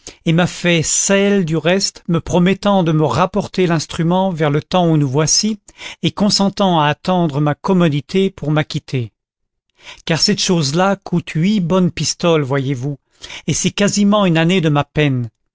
et m'a fait celle du reste me promettant de me rapporter l'instrument vers le temps où nous voici et consentant à attendre ma commodité pour m'acquitter car cette chose-là coûte huit bonnes pistoles voyez-vous et c'est quasiment une année de ma peine